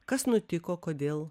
kas nutiko kodėl